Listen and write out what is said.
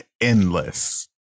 endless